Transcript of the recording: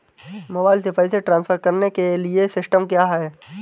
Mobile से पैसे transfer करने के लिए सिस्टम क्या है?